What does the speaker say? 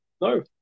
No